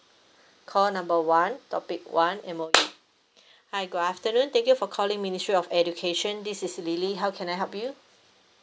call number one topic one M_O_E hi good afternoon thank you for calling ministry of education this is lily how can I help you